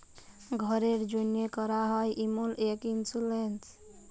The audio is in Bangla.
ঘ্যরের জ্যনহে ক্যরা হ্যয় এমল ইক ইলসুরেলস